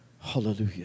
Hallelujah